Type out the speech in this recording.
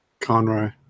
conroy